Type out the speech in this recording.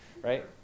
right